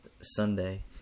Sunday